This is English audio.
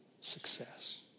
success